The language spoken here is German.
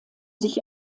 sich